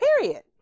Period